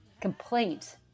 complaint